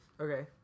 Okay